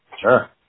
Sure